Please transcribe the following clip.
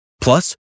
Plus